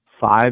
five